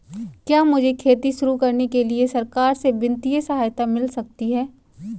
क्या मुझे खेती शुरू करने के लिए सरकार से वित्तीय सहायता मिल सकती है?